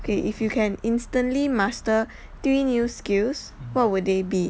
okay if you can instantly master three new skills what would they be